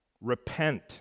repent